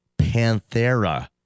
Panthera